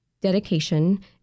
dedication